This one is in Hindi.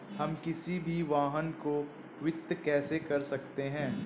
हम किसी भी वाहन को वित्त कैसे कर सकते हैं?